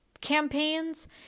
campaigns